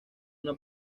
una